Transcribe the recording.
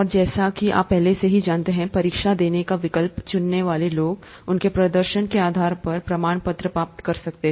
और जैसा कि आप पहले से ही जानते हैं परीक्षा देने का विकल्प चुनने वाले लोग उनके प्रदर्शन के आधार पर प्रमाण पत्र प्राप्त करें